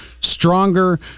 stronger